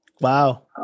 Wow